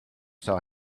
saw